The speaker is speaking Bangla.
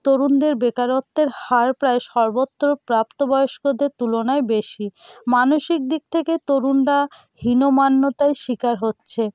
তরুণদের বেকারত্বের হার প্রায় সর্বত্র প্রাপ্ত বয়স্কদের তুলনায় বেশি মানসিক দিক থেকে তরুণরা হীনমান্যতায় শিকার হচ্ছে